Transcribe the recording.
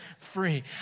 free